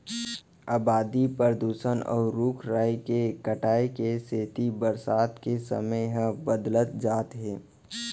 अबादी, परदूसन, अउ रूख राई के कटाई के सेती बरसा के समे ह बदलत जात हे